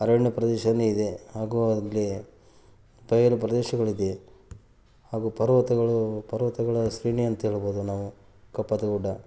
ಅರಣ್ಯ ಪ್ರದೇಶವೂ ಇದೆ ಹಾಗೂ ಅಲ್ಲಿ ಬಯಲು ಪ್ರದೇಶಗಳಿದೆ ಹಾಗೂ ಪರ್ವತಗಳು ಪರ್ವತಗಳ ಶ್ರೇಣಿ ಅಂತ ಹೇಳ್ಬೌದು ನಾವು ಕಪ್ಪತ್ತ ಗುಡ್ಡ